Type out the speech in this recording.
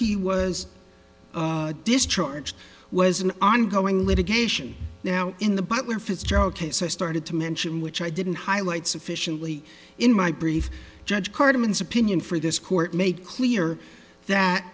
he was discharged was an ongoing litigation now in the butler fitzgerald case i started to mention which i didn't highlight sufficiently in my brief judge cartman's opinion for this court made clear that